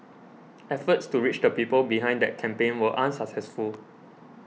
efforts to reach the people behind that campaign were unsuccessful